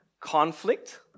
Conflict